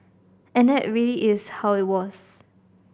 and that is really how it was